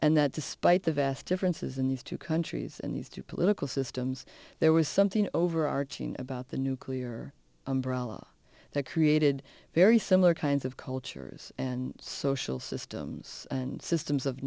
and that despite the vast differences in these two countries and these two political systems there was something overarching about the nuclear umbrella that created very similar kinds of cultures and social systems and systems of